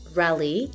rally